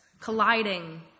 colliding